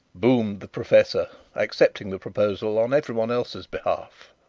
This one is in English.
boomed the professor, accepting the proposal on everyone else's behalf.